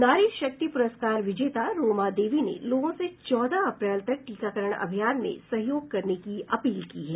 नारी शक्ति पुरस्कार विजेता रोमा देवी ने लोगों से चौदह अप्रैल तक टीकाकरण अभियान में सहयोग करने की अपील की है